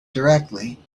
directly